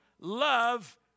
love